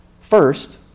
First